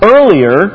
Earlier